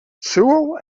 sewell